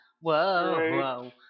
Whoa